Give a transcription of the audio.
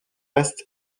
est